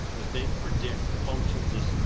is they predict functional disk.